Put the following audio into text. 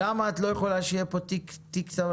למה את לא יכולה שיהיה פה תיק תמרוק?